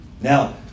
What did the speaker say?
Now